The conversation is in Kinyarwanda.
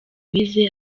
wize